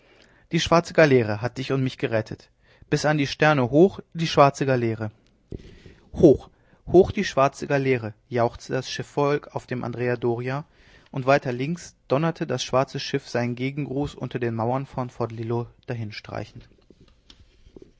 die schwarze galeere hat dich und mich gerettet bis an die sterne hoch die schwarze galeere hoch hoch die schwarze galeere jauchzte das schiffsvolk auf dem andrea doria und weiter links donnerte das schwarze schiff seinen gegengruß unter den mauern von fort lillo